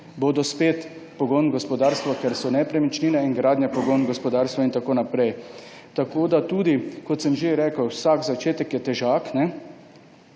bodo spet pogon gospodarstva, ker so nepremičnine in gradnja pogon gospodarstva in tako naprej. Kot sem že rekel, vsak začetek je težak,